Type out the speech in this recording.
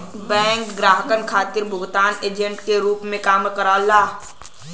bank ग्राहकन खातिर भुगतान एजेंट के रूप में काम करला